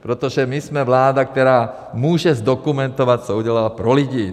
Protože my jsme vláda, která může zdokumentovat, co udělala pro lidi.